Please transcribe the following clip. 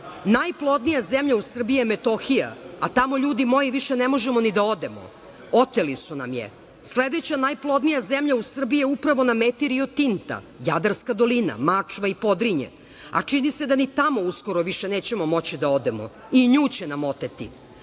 neće. Najplodnija zemlja u Srbiji je Metohija, a tamo, ljudi moji, ne možemo više ni da odemo. Oteli su nam je. Sledeća najplodnija zemlja u Srbiji je upravo na meti Rio Tinta, Jadarska dolina, Mačva i Podrinje, a čini se da ni tamo uskoro više nećemo moći da odemo i nju će nam oteti. Ako